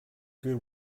good